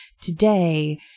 today